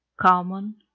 common